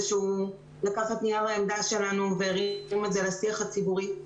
ועל כך שהוא לקח את נייר העמדה שלנו והביא את זה לשיח הציבורי,